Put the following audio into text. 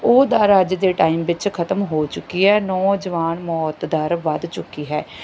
ਉਹ ਦਰ ਅੱਜ ਦੇ ਟਾਈਮ ਵਿੱਚ ਖਤਮ ਹੋ ਚੁਕੀ ਹੈ ਨੌਜਵਾਨ ਮੌਤ ਦਰ ਵਧ ਚੁਕੀ ਹੈ